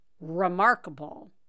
remarkable